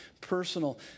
personal